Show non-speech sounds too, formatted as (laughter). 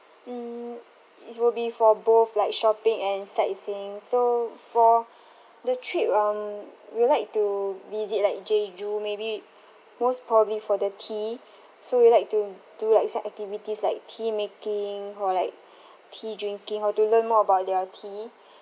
mm is will be for both like shopping and sightseeing so for the trip um we would like to visit like jeju maybe most probably for the tea so we would like to do like some activities like tea making or like (breath) tea drinking or to learn more about their tea